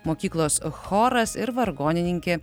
mokyklos choras ir vargonininkė